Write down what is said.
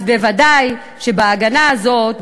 אז ודאי שבהגנה הזו,